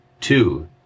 two